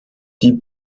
die